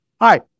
hi